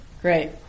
Great